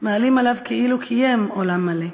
מעלים עליו כאילו קיים עולם מלא.